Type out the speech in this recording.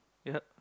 ya